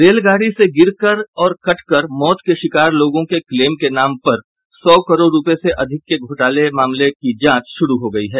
रेलगाड़ी से गिरकर और कटकर मौत के शिकार लोगों के क्लेम के नाम पर सौ करोड़ रूपये से अधिक के घोटाला मामले की जांच शुरू हो गयी है